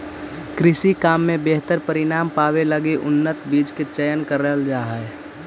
कृषि काम में बेहतर परिणाम पावे लगी उन्नत बीज के चयन करल जा हई